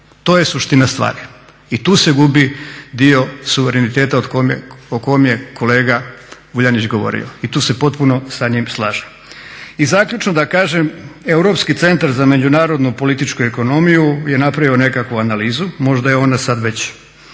To je suština stvari i tu se gubi dio suvereniteta o kom je kolega Vuljanić govorio i tu se potpuno sa njim slažem. I zaključno da kažem. Europski centar za međunarodno-političku ekonomiju je napravio nekakvu analizu. Možda je ona sad već